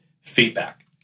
feedback